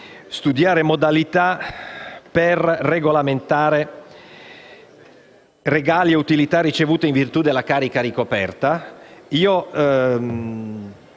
studiare modalità per regolamentare regali e utilità ricevute in virtù della carica ricoperta.